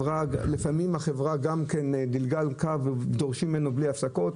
לפעמים החברה דילגה על קו ודורשים מן הנהג להמשיך בלי הפסקות.